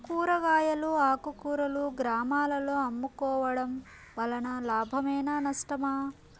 కూరగాయలు ఆకుకూరలు గ్రామాలలో అమ్ముకోవడం వలన లాభమేనా నష్టమా?